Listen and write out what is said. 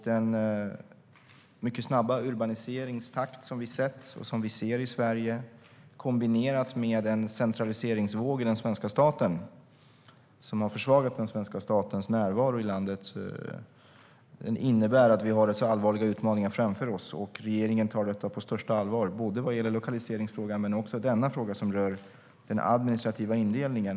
Den mycket snabba urbaniseringstakt som vi har sett och ser i Sverige kombinerat med en centraliseringsvåg i den svenska staten, som har försvagat den svenska statens närvaro i landet, innebär att vi har rätt så allvarliga utmaningar framför oss. Regeringen tar detta på största allvar, både vad gäller lokaliseringsfrågan och vad gäller den administrativa indelningen.